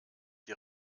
die